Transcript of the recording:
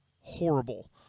horrible